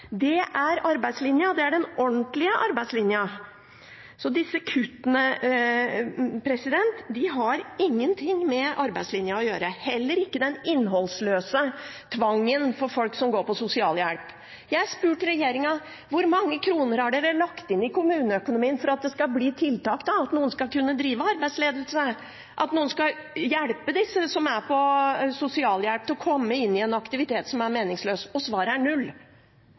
Det er arbeidslinja. Det er den ordentlige arbeidslinja. Disse kuttene har ingenting med arbeidslinja å gjøre – heller ikke det innholdsløse tvangsarbeidet for folk som går på sosialhjelp. Jeg har spurt regjeringen: Hvor mange kroner har dere lagt inn i kommuneøkonomien for at det skal bli tiltak, for at noen skal kunne drive arbeidsledelse, for at noen skal hjelpe disse som går på sosialhjelp, til å komme inn i en aktivitet som er meningsfull? Svaret er null.